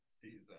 season